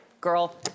girl